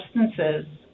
substances